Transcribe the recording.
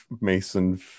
Mason